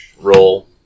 roll